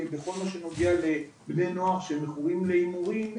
בכל מה שנוגע לבני נוער שמכורים להימורים,